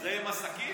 זה עם השקית?